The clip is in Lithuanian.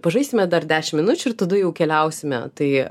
pažaisime dar dešim minučių ir tada jau keliausime tai